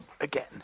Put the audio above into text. again